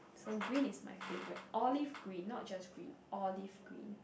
so green is my favourite olive green not just green olive green